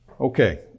Okay